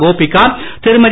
Gopika Thirumathi